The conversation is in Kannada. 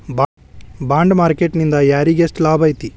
ಬಾಂಡ್ ಮಾರ್ಕೆಟ್ ನಿಂದಾ ಯಾರಿಗ್ಯೆಷ್ಟ್ ಲಾಭೈತಿ?